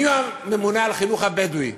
מי הממונה על החינוך הבדואי?